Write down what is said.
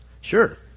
Sure